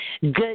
Good